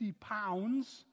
pounds